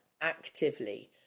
actively